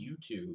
YouTube